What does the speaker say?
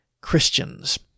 Christians